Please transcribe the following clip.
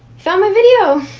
found my video!